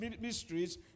mysteries